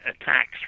attacks